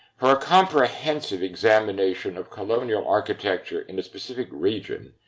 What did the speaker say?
for a comprehensive examination of colonial architecture in a specific region,